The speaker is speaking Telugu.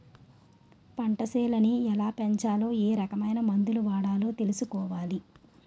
పంటసేలని ఎలాపెంచాలో ఏరకమైన మందులు వాడాలో తెలుసుకోవాలి